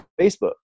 Facebook